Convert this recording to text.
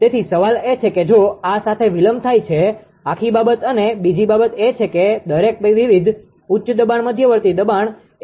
તેથી સવાલ એ છે કે જો આ સાથે વિલંબ થાય છે આખી બાબત અને બીજી બાબત એ છે કે દરેક વિભાગ ઉચ્ચ દબાણ મધ્યવર્તી દબાણ એલ